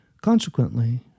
Consequently